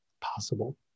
possible